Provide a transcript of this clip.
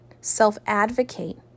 self-advocate